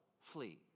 flee